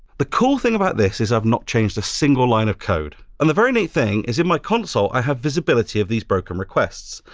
the cool thing about this is i've not changed a single line of code. and the very neat thing is in my console, i have visibility of these broken requests.